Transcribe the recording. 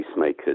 pacemakers